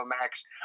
Max